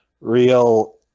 real